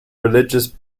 religious